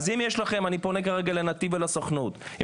אני פונה כרגע לנתיב ולסוכנות היהודית,